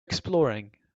exploring